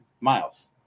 miles